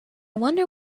wonder